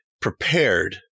prepared